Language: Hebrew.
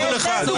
--- רבותיי.